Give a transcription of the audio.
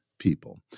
People